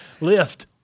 Lift